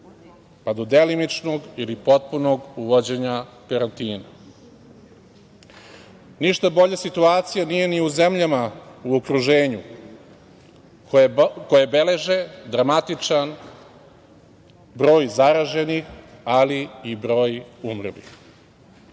pa do delimičnog ili potpunog uvođenja karantina. Ništa bolja situacija nije ni u zemljama u okruženju, koje beleže dramatičan broj zaraženih, ali i broj umrlih.